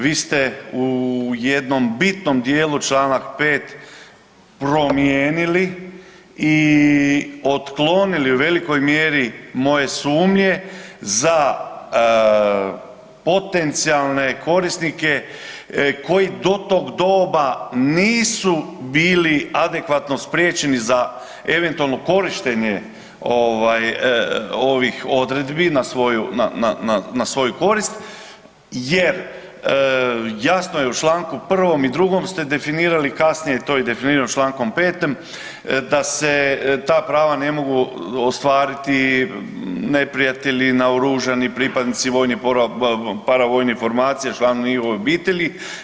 Vi ste u jednom bitnom dijelu članak 5. promijenili i otklonili u velikoj mjeri moje sumnje za potencijalne korisnike koji do tog doba nisu bili adekvatno spriječeni za eventualno korištenje ovih odredbi na svoju korist, jer jasno je u članku 1. i 1. ste definirali kasnije to je definirano člankom 5. da se ta prava ne mogu ostvariti, neprijatelji naoružani, pripadnici vojnih paravojnih formacija, članovi njihovih obitelji.